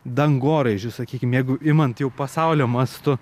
dangoraižių sakykim jeigu imant jau pasaulio mastu